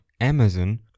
Amazon